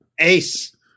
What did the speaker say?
ace